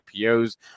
IPOs